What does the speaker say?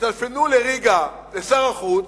שיטלפנו לריגה, לשר החוץ,